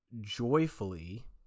joyfully